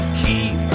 keep